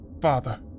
Father